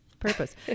Purpose